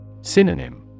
Synonym